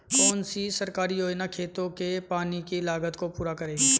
कौन सी सरकारी योजना खेतों के पानी की लागत को पूरा करेगी?